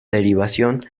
derivación